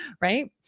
right